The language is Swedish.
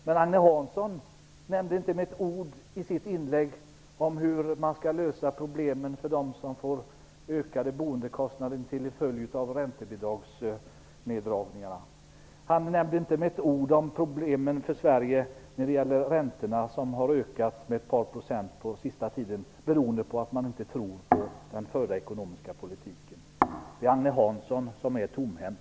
Men Agne Hansson nämnde inte med ett ord i sitt inlägg hur man skall lösa problemen för dem som får ökade boendekostnader till följd av nerdragningarna av räntebidragen. Han nämnde inte med ett ord problemen med räntorna i Sverige. De har ökat med ett par procent på sista tiden beroende på att man inte tror på den förda ekonomiska politiken. Det är Agne Hansson som är tomhänt.